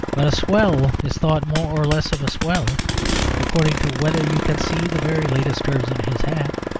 but a swell is thought more or less of a swell according to whether you can see the very latest curves in his hat.